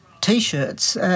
T-shirts